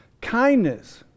Kindness